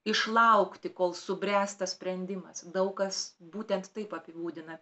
išlaukti kol subręs tas sprendimas daug kas būtent taip apibūdina